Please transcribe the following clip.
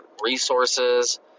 resources